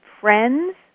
friends